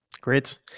Great